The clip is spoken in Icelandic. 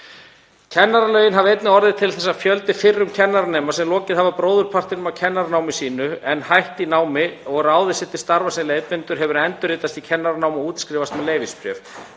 Kennararlögin hafa einnig orðið til þess að fjöldi fyrrum kennaranema sem lokið hafa bróðurpartinum af kennaranámi sínu en hætt í námi og ráðið sig til starfa sem leiðbeinendur hefur endurritast í kennaranám og útskrifast með leyfisbréf.